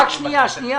רק שנייה,